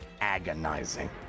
agonizing